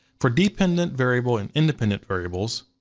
for dependent variable and independent variables,